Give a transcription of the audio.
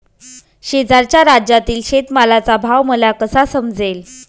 शेजारच्या राज्यातील शेतमालाचा भाव मला कसा समजेल?